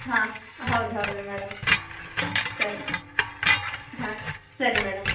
ಹಾಂ ಹೌದು ಹೌದು ಮೇಡಮ್ ಸರಿ ಹಾಂ ಸರಿ ಮೇಡಮ್